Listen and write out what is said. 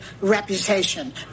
reputation